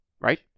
Right